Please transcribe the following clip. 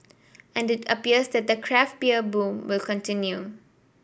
and it appears that the craft beer boom will continue